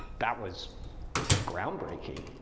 that was groundbreaking.